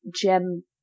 gem